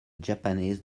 japanese